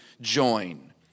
join